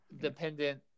dependent